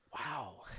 Wow